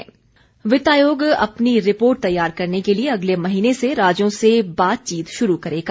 वित्त आयोग वित्त आयोग अपनी रिपोर्ट तैयार करने के लिये अगले महीने से राज्यों से बातचीत शुरू करेगा